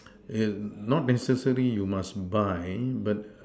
will not necessary you must buy but